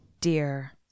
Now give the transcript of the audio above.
dear